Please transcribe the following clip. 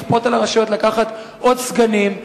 לכפות על הרשויות לקחת עוד סגנים.